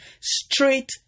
straight